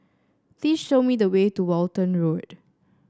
please show me the way to Walton Road